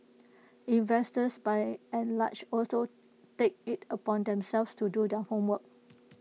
investors by and large also take IT upon themselves to do their homework